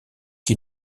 qui